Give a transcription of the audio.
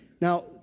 Now